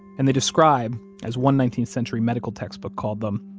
and they describe, as one nineteenth century medical textbook called them,